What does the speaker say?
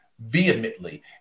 vehemently